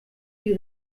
die